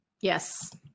Yes